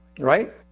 Right